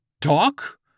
talk